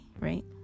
right